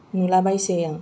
नुलाबायसै आं